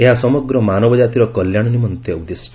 ଏହା ସମଗ୍ର ମାନବ ଜାତିର କଲ୍ୟାଣ ନିମନ୍ତେ ଉଦ୍ଦିଷ୍ଟ